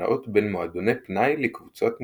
שנעות בין מועדוני פנאי לקבוצות מקצועיות.